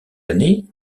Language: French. année